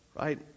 right